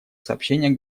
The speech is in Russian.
сообщение